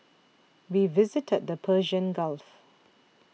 we visited the Persian Gulf